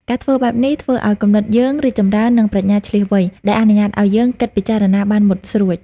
ការធ្វើបែបនេះធ្វើឱ្យ គំនិតយើងរីកចម្រើន និង ប្រាជ្ញាឈ្លាសវៃ ដែលអនុញ្ញាតឱ្យយើង គិតពិចារណាបានមុតស្រួច។